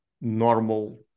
normal